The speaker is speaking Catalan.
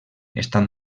estan